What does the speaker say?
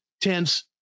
tense